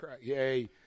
Yay